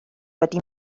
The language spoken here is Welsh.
wedi